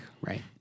right